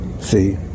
See